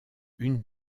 une